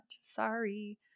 Sorry